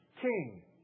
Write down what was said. King